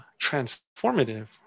transformative